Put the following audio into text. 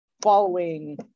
following